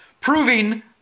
proving